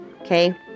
okay